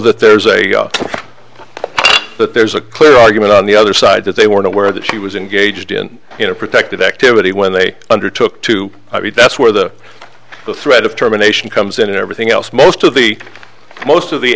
that there's a but there's a clear argument on the other side that they weren't aware that she was engaged in you know protected activity when they undertook to i mean that's where the threat of terminations comes in and everything else most of the most